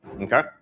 Okay